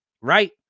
right